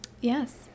Yes